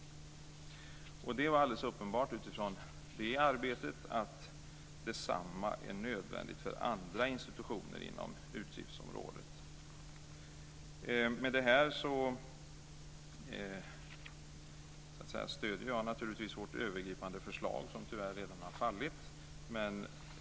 Utifrån det arbetet är det alldeles uppenbart att detsamma är nödvändigt för andra institutioner inom utgiftsområdet. Med detta stöder jag naturligtvis vårt övergripande förslag, som tyvärr redan har fallit.